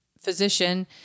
physician